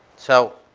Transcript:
so.